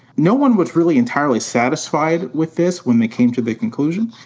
no one was really entirely satisfied with this when they came to the conclusion.